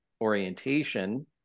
orientation